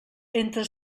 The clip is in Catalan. entre